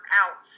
out